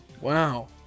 Wow